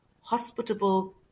hospitable